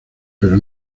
pero